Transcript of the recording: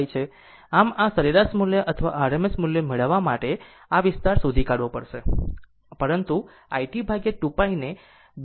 આમ આ સરેરાશ મૂલ્ય અથવા RMS મૂલ્ય મેળવવા માટે આ વિસ્તાર શોધી કાઢવો પડશે પરંતુ iT2π ને 2 થી વિભાજિત કરવું પડશે